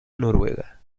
noruega